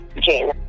Jane